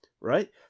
right